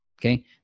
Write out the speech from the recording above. Okay